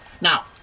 Now